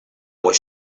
was